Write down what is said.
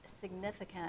significant